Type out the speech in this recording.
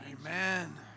Amen